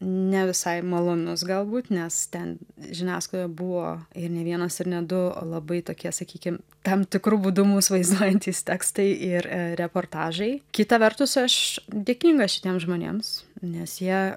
ne visai malonus galbūt nes ten žiniasklaidoj buvo ir ne vienas ir ne du labai tokie sakykim tam tikru būdu mus vaizduojantys tekstai ir reportažai kita vertus aš dėkinga šitiems žmonėms nes jie